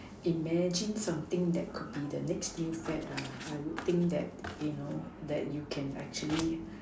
imagine something that could be the next new fad I would think that you know that you can actually